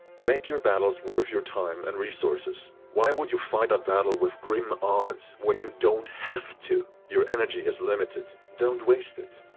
make your battles worth your time and resources. why would you fight a battle with grim odds, when you don't have to? your energy is limited. don't waste it.